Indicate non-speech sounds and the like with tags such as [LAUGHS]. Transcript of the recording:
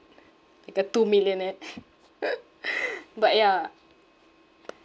like a two millionaire [LAUGHS] but yeah